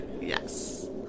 Yes